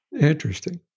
Interesting